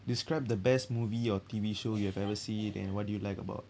describe the best movie or T_V show you have ever seen and what do you like about